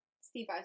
Steve